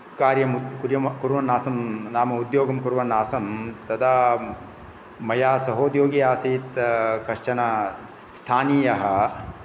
कार्यं कुर्यं कुर्वन् आसम् नाम उद्योगं कुर्वन् आसम् तदा मया सहोद्योगी आसीत् कश्चन् स्थानीयः